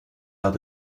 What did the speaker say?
arts